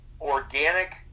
organic